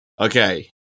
Okay